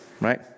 right